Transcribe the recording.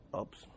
oops